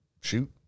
Shoot